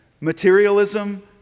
Materialism